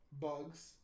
bugs